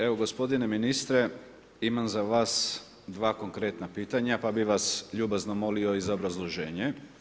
Evo gospodine ministre, imam za vas dva konkretna pitanja pa bih vas ljubazno molio i za obrazloženje.